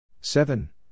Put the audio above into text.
seven